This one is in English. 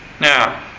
Now